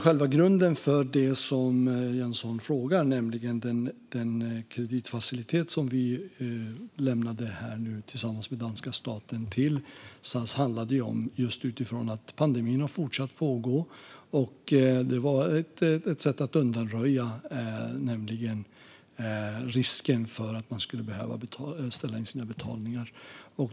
Själva grunden för det som Jens Holm frågar om, nämligen den kreditfacilitet som vi lämnade till SAS tillsammans med den danska staten, handlade om att pandemin fortsatt pågå; det var ett sätt att undanröja risken att man skulle behöva ställa in sina betalningar.